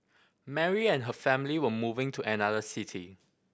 Mary and her family were moving to another city